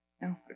no